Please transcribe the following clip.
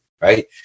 Right